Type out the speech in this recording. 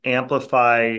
amplify